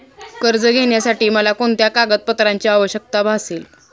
कर्ज घेण्यासाठी मला कोणत्या कागदपत्रांची आवश्यकता भासेल?